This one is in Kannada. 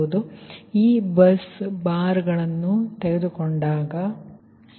ಮತ್ತು ಈ ಬಸ್ ಬಾರ್ ತೆಗೆದುಕೊಳ್ಳಿ ಮತ್ತು ಈ ಕಡೆ ಸರಿ